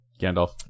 Gandalf